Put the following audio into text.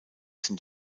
sind